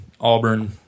Auburn